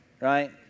right